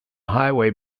highway